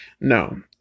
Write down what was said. No